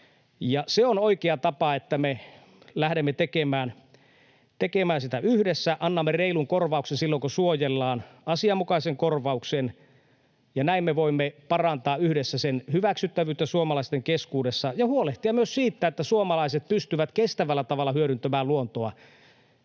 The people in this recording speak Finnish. Se on oikea tapa, että me lähdemme tekemään sitä yhdessä, annamme reilun korvauksen silloin, kun suojellaan, asianmukaisen korvauksen. Näin me voimme parantaa yhdessä sen hyväksyttävyyttä suomalaisten keskuudessa ja huolehtia myös siitä, että suomalaiset pystyvät kestävällä tavalla hyödyntämään luontoa.